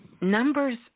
Numbers